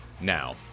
Now